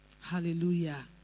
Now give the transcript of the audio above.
Hallelujah